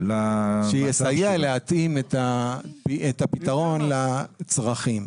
שיסייע להתאים את הפתרון לצרכים.